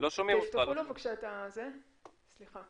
אענה בזהירות